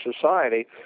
society